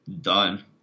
Done